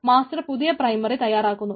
master പുതിയ primary തയാറാക്കുന്നു